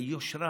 היושרה,